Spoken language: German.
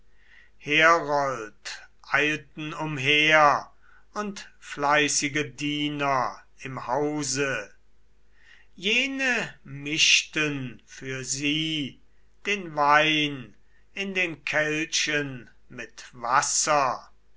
herold eilten umher und fleißige diener im hause jene mischten für sie den wein in den kelchen mit wasser